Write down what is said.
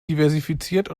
diversifiziert